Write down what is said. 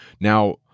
Now